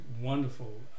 wonderful